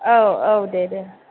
औ औ दे दे